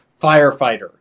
firefighter